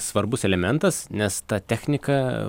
svarbus elementas nes ta technika